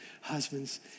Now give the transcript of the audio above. husbands